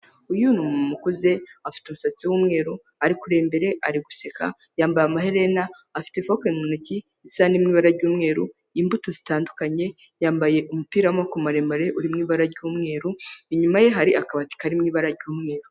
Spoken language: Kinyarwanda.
Uyu ni umumama ukuze afite umusatsi w'umweru, ari kureba imbere, ari guseka yambaye amaherena, afite ifoka mu ntoki, isahani iri mu ibara ry'umweru, imbuto zitandukanye, yambaye umupira w'amabako maremare uri mu ibara ry'umweru, inyuma ye hari akabati kari mu ibara ry'umweru.